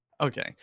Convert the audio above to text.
Okay